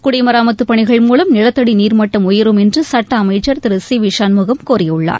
குடிமராமத்துப் பணிகள் மூலம் நிலத்தடி நீர்மட்டம் உயரும் என்று சட்ட அமைச்சர் திரு சி வி சண்முகம் கூறியுள்ளார்